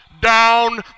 down